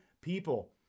people